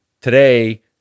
today